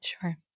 Sure